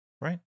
Right